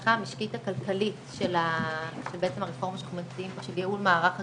ההשלכה המשקית הכלכלית של הרפורמה שאנחנו מציעים במערך הכשרות.